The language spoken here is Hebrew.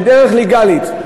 בדרך לגלית,